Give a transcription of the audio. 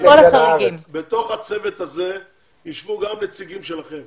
בתוך הצוות הזה ישבו גם נציגים שלכם